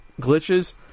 glitches